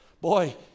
Boy